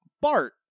Bart